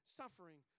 suffering